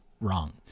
Wrong